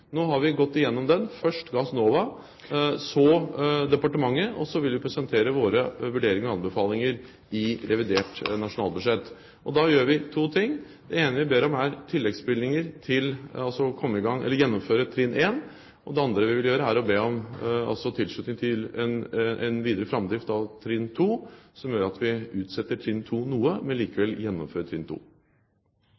Nå har vi gått gjennom den – først Gassnova og så departementet – og så vil vi presentere våre vurderinger og anbefalinger i revidert nasjonalbudsjett. Da gjør vi to ting. Det ene vi ber om, er tilleggsbevilgninger for å gjennomføre trinn 1. Og det andre vi vil gjøre, er å be om tilslutning til en videre framdrift av trinn 2 – som gjør at vi utsetter trinn 2 noe,